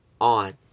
on